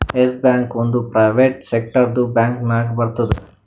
S Bank ಒಂದ್ private ಸೆಕ್ಟರ್ದು bank ನಾಗ್ ಬರ್ತುದ್